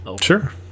Sure